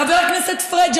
חבר הכנסת פריג',